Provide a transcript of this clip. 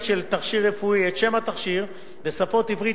של תכשיר רפואי את שם התכשיר בשפות עברית,